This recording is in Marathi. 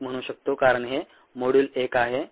1 म्हणू शकतो कारण हे मॉड्यूल 1 आहे